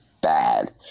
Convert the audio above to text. bad